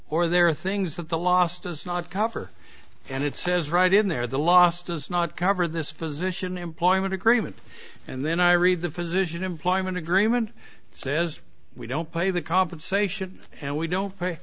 or there are things that the last is not cover and it says right in there the last does not cover this physician employment agreement and then i read the physician employment agreement says we don't pay the compensation and we don't